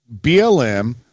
BLM